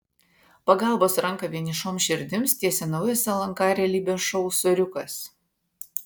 pagalbos ranką vienišoms širdims tiesia naujas lnk realybės šou soriukas